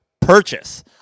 purchase